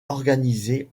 organisées